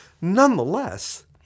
Nonetheless